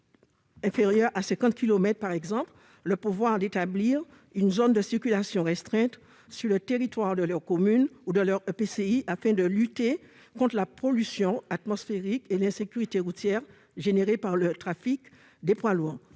inférieure à 50 kilomètres par exemple, le pouvoir d'établir une zone à circulation restreinte sur le territoire de leur commune ou de leur EPCI afin de lutter contre la pollution atmosphérique et l'insécurité routière générées par le trafic des poids lourds.